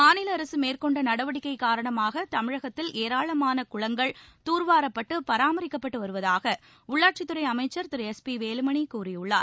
மாநில அரசு மேற்கொண்ட நடவடிக்கை காரணமாக தமிழகத்தில் ஏராளமான குளங்கள் தூர்வாரப்பட்டு பராமரிக்கப்பட்டு வருவதாக உள்ளாட்சித்துறை அமைச்சர் திரு எஸ் பி வேலுமணி கூறியுள்ளார்